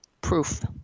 Proof